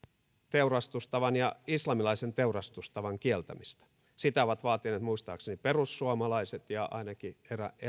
teurastustavan ja islamilaisen teurastustavan kieltämistä sitä ovat vaatineet muistaakseni perussuomalaiset ja ainakin